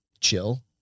chill